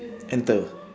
enter